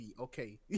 okay